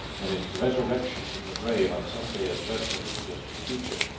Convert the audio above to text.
and its resurrection from the grave on some day of judgment in the distant future.